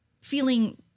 feeling